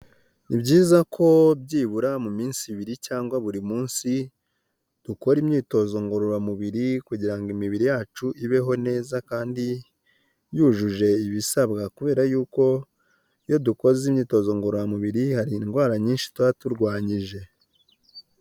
Ni byiza ko byibura mu minsi ibiri cyangwa buri munsi dukore imyitozo ngororamubiri kugira ngo imibiri yacu ibeho neza kandi yujuje ibisabwa kubera yuko iyo dukoze imyitozo ngororamubiri hari indwara nyinshi tuba turwanyije.